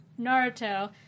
Naruto